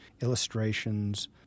illustrations